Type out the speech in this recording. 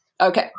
Okay